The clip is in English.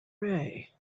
ray